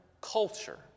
culture